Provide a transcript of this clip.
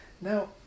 Now